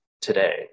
today